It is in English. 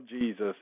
Jesus